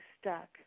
stuck